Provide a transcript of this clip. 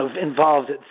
involved